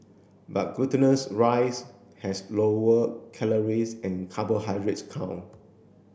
but glutinous rice has lower calories and carbohydrates count